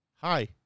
hi